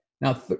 Now